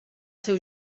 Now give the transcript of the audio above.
seu